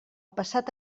passat